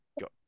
got